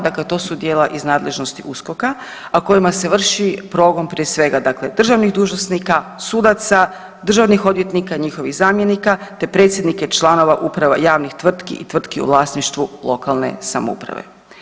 Dakle, to su djela iz nadležnosti USKOK-a, a kojima se vrši progon prije svega dakle državnih dužnosnika, sudaca, državnih odvjetnika, njihovih zamjenika te predsjednike i članova uprava javnih tvrtki i tvrtki u vlasništvu lokalne samouprave.